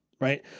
right